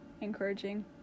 encouraging